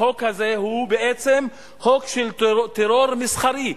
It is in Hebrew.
החוק הזה הוא בעצם חוק של טרור מסחרי,